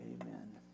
Amen